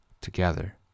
together